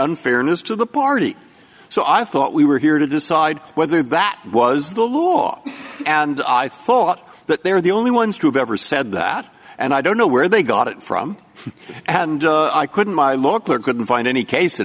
unfairness to the party so i thought we were here to decide whether that was the law and i thought that they were the only ones who've ever said that and i don't know where they got it from i couldn't my law clerk couldn't find any case